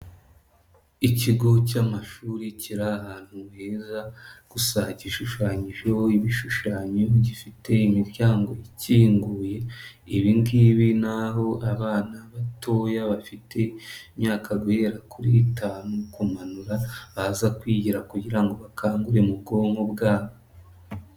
Ikigo cy'amashuri kiri ahantu heza gusa gishushanyijeho ibishushanyo, gifite imiryango ikinguye, ibingibi naho abana batoya bafite imyaka guhera kuri itanu kumanura baza kwigira kugira ngo bakangure mu bwonko bwabo.